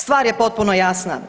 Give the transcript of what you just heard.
Stvar je potpuno jasna.